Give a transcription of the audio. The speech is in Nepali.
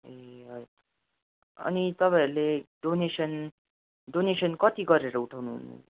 ए हजुर अनि तपाईँहरूले डोनेसन डोनेसन कति गरेर उठाउनु हुन्